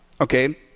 okay